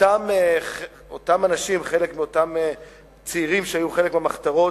אותם אנשים, אותם צעירים שהיו חלק מהמחתרות,